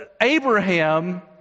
Abraham